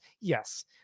Yes